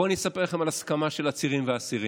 בואו אני אספר לכם על הסכמה של עצירים ואסירים: